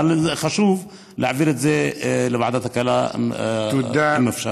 אבל חשוב להעביר את זה לוועדת הכלכלה אם אפשר.